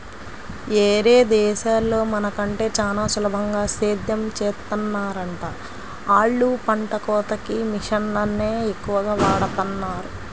యేరే దేశాల్లో మన కంటే చానా సులభంగా సేద్దెం చేత్తన్నారంట, ఆళ్ళు పంట కోతకి మిషన్లనే ఎక్కువగా వాడతన్నారు